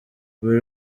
buri